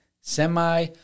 semi